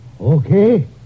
Okay